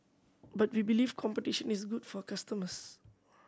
but we believe competition is good for customers